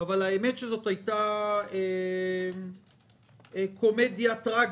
אבל למען האמת זו הייתה קומדיה טרגית,